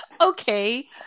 Okay